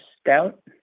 stout